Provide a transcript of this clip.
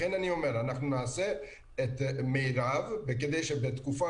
לכן אני אומר שנעשה את המרב כדי שבתקופה